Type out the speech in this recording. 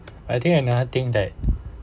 I think another thing that